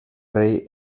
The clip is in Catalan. rei